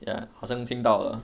ya 好像听到了